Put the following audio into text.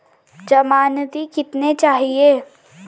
ज़मानती कितने चाहिये?